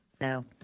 No